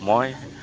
মই